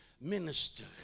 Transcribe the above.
minister